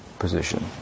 position